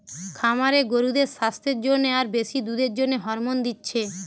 খামারে গরুদের সাস্থের জন্যে আর বেশি দুধের জন্যে হরমোন দিচ্ছে